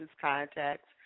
contacts